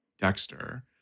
dexter